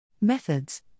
Methods